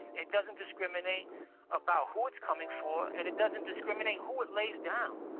it doesn't discriminate about who it's coming for. and it doesn't discriminate who it lays down.